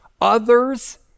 others